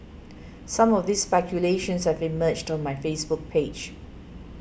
some of these speculations have emerged on my Facebook page